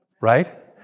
Right